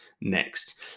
next